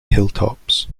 hilltops